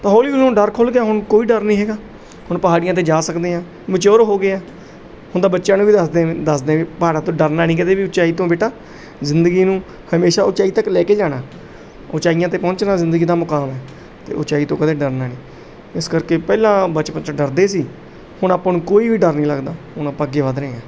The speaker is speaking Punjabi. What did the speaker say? ਤਾਂ ਹੌਲੀ ਹੌਲੀ ਹੁਣ ਡਰ ਖੁੱਲ੍ਹ ਗਿਆ ਹੁਣ ਕੋਈ ਡਰ ਨਹੀਂ ਹੈਗਾ ਹੁਣ ਪਹਾੜੀਆਂ 'ਤੇ ਜਾ ਸਕਦੇ ਹਾਂ ਮਚਿਓਰ ਹੋ ਗਏ ਹਾਂ ਹੁਣ ਤਾਂ ਬੱਚਿਆਂ ਨੂੰ ਵੀ ਦੱਸਦੇ ਹਾਂ ਦੱਸਦੇ ਹਾਂ ਵੀ ਪਹਾੜਾਂ ਤੋਂ ਡਰਨਾ ਨਹੀਂ ਕਦੇ ਵੀ ਉੱਚਾਈ ਤੋਂ ਬੇਟਾ ਜ਼ਿੰਦਗੀ ਨੂੰ ਹਮੇਸ਼ਾ ਉੱਚਾਈ ਤੱਕ ਲੈ ਕੇ ਜਾਣਾ ਉੱਚਾਈਆਂ 'ਤੇ ਪਹੁੰਚਣਾ ਜ਼ਿੰਦਗੀ ਦਾ ਮੁਕਾਮ ਹੈ ਅਤੇ ਉੱਚਾਈ ਤੋਂ ਕਦੇ ਡਰਨਾ ਨਹੀਂ ਇਸ ਕਰਕੇ ਪਹਿਲਾਂ ਬਚਪਨ 'ਚ ਡਰਦੇ ਸੀ ਹੁਣ ਆਪਾਂ ਨੂੰ ਕੋਈ ਵੀ ਡਰ ਨਹੀਂ ਲੱਗਦਾ ਹੁਣ ਆਪਾਂ ਅੱਗੇ ਵੱਧ ਰਹੇ ਹਾਂ